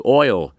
oil